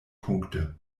punkte